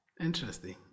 Interesting